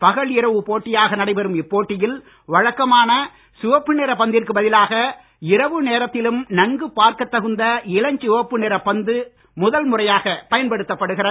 பகல் இரவு போட்டியாக நடைபெறும் இப்போட்டியில் வழக்கமான சிவப்பு நிற பந்திற்கு பதிலாக இரவு நேரத்திலும் நன்கு பார்க்க தகுந்த இளஞ்சிவப்பு நிறப் பந்து முதல் முறையாக பயன்படுத்தப்படுகிறது